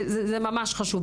זה ממש חשוב.